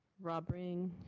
rob ring?